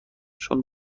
چون